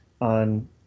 on